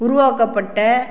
உருவாக்கப்பட்ட